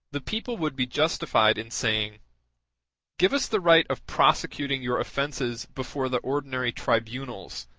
the people would be justified in saying give us the right of prosecuting your offences before the ordinary tribunals,